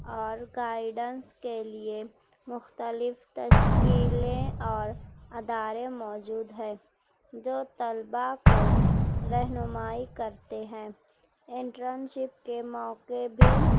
اور گائیڈنس کے لیے مختلف تشکیلیں اور ادارے موجود ہے جو طلبا کو رہنمائی کرتے ہیں انٹرنشپ کے موقعے بھی